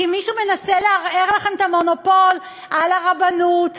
כי מישהו מנסה לערער לכם את המונופול על הרבנות,